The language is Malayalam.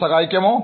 സഹായിക്കുമോ